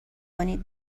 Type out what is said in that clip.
کنید